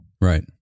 Right